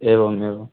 एवम् एवं